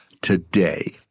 today